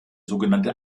sogenannte